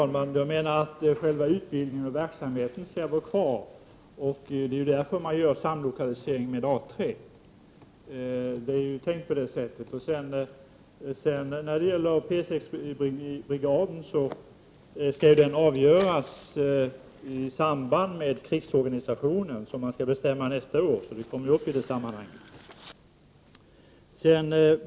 Herr talman! Jag menar att själva utbildningen och verksamheten skall vara kvar. Det är därför som det görs en samlokalisering med A 3. När det gäller P 6-brigaden skall den frågan avgöras i samband med krigsorganisationen, som skall bestämmas nästa år.